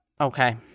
Okay